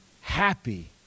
happy